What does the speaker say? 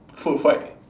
food fight